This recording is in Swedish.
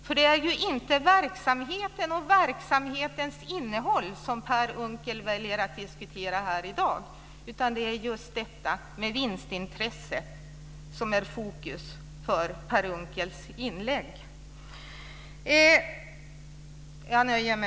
För det är ju inte verksamheten och verksamhetens innehåll som Per Unckel väljer att diskutera här i dag, utan det är just vinstintresset som är fokus för hans inlägg.